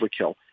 overkill